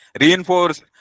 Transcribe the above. reinforce